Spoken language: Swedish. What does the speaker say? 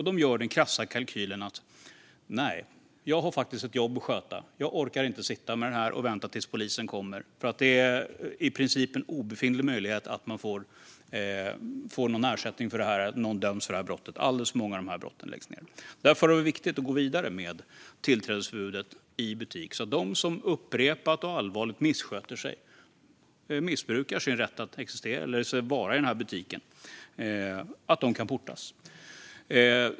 De gör en krass kalkyl - de har ett jobb att sköta och orkar inte sitta och vänta tills polisen kommer. Möjligheten att de får någon ersättning eller att någon döms för brottet är i princip obefintlig. Alldeles för många utredningar av de här brotten läggs ned. Därför är det viktigt att gå vidare med tillträdesförbudet i butik, så att de som upprepat och allvarligt missköter sig och missbrukar sin rätt att vara i butiken kan portas.